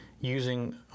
using